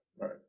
right